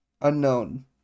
Unknown